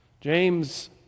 James